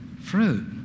Fruit